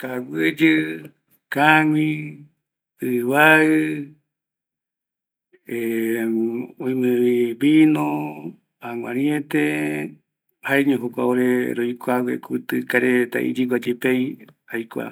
Kaguiyɨ, kagui, ɨvaɨ, ˂hesitation˃ vino, aguariete, jaeñoko kua roikuague, kuti gui krai reta iyɨgua yepeai